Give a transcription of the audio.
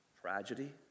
tragedy